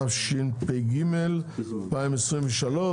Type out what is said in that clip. התשפ"ג-2023,